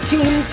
Team